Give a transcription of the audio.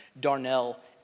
darnell